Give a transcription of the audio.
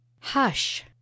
hush